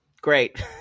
Great